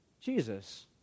Jesus